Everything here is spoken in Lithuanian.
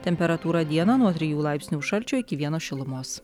temperatūra dieną nuo trijų laipsnių šalčio iki vieno šilumos